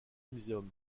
museum